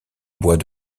bois